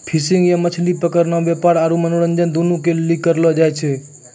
fishing या मछली पकड़नाय व्यापार आरु मनोरंजन दुनू के लेली करलो जाय छै